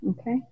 Okay